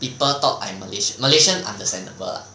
people thought I malaysian malaysian understandable lah